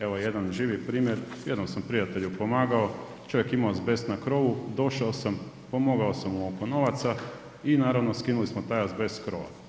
Evo jedan živi primjer, jednom sam prijatelju pomagao, čovjek je imao azbest na krovu, došao sam, pomogao sam mu oko novaca i naravno skinuli smo taj azbest s krova.